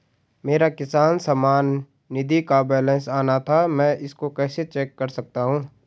मेरा किसान सम्मान निधि का बैलेंस आना था मैं इसको कैसे चेक कर सकता हूँ?